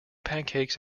pancakes